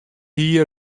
hie